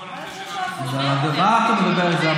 איזה 3% מה אתה מדבר, זה הרבה יותר.